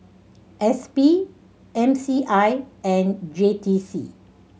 S P M C I and J T C